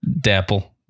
Dapple